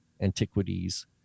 antiquities